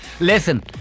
Listen